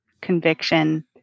conviction